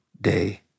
day